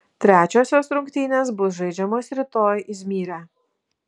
trečiosios rungtynės bus žaidžiamos rytoj izmyre